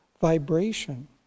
vibration